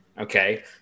Okay